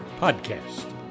Podcast